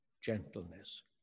gentleness